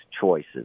choices